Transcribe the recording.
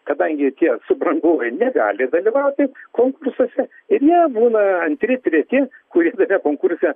kadangi tie subrangovai negali dalyvauti konkursuose ir ne būna antri treti kurie tame konkurse